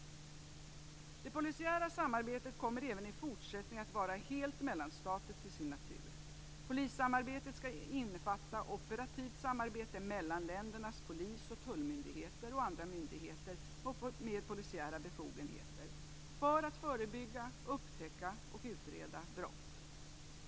Det polisiära samarbete kommer även i fortsättningen att vara helt mellanstatligt till sin natur. Polissamarbetet skall innefatta operativt samarbete mellan ländernas polis och tullmyndigheter och andra myndigheter med mer polisiära befogenheter för att förebygga, upptäcka och utreda brott.